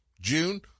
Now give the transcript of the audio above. June